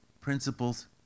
principles